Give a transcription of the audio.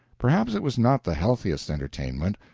perhaps it was not the healthiest entertainment,